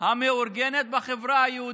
המאורגנת בחברה היהודית.